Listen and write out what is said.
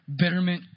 bitterment